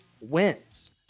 wins